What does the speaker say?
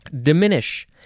Diminish